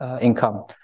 income